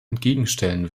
entgegenstellen